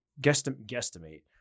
guesstimate